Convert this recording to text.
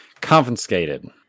Confiscated